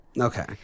Okay